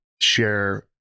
share